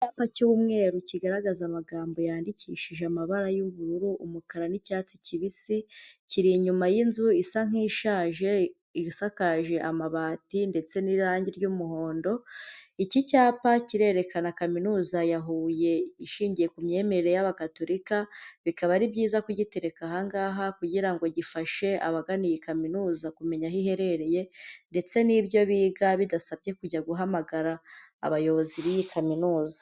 Icyapa cy'umweru kigaragaza amagambo yandikishije amabara y'ubururu, umukara n'icyatsi kibisi, kiri inyuma y'inzu isa nkishaje, isakaje amabati ndetse n'irangi ry'umuhondo, iki cyapa kirerekana kaminuza ya Huye ishingiye ku myemerere y'abagatolika bikaba ari byiza kugitereka ahangaha kugirango gifashe abagana iyi kaminuza kumenya aho iherereye ndetse n'ibyo biga bidasabye kujya guhamagara abayobozi b'iyi kaminuza.